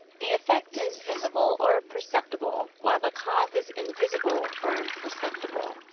the effect is visible or perceptible, while the cause is invisible or imperceptible.